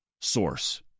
source